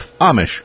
Amish